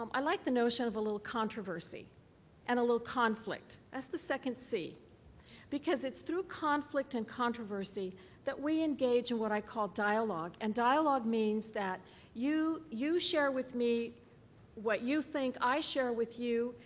um i like the notion of a little controversy and a little conflict. that's the second c because it's through conflict and controversy that we engage in and what i call dialogue. and dialogue means that you you share with me what you think, i share with you,